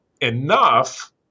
enough